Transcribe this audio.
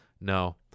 No